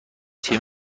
تیم